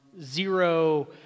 zero